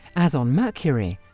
as on mercury,